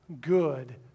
good